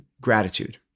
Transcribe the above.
gratitude